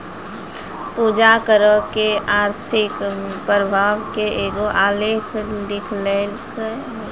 पूजा करो के आर्थिक प्रभाव पे एगो आलेख लिखलकै